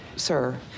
sir